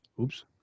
Oops